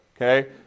okay